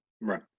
Right